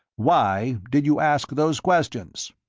why did you ask those questions?